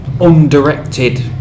undirected